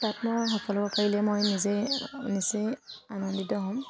তাত মই সফল হ'ব পাৰিলে মই নিজেই নিচেই আনন্দিত হ'ম